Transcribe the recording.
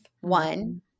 one